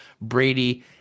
Brady